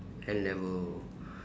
N-level